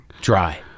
dry